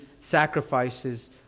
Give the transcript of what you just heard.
sacrifices